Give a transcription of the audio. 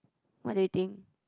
what do you think